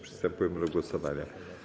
Przystępujemy do głosowania.